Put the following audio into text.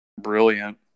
brilliant